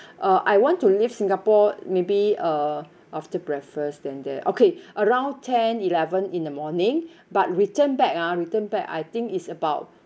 uh I want to leave singapore maybe uh after breakfast then there okay around ten eleven in the morning but return back ah return back I think is about